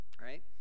right